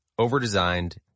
overdesigned